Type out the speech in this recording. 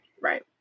Right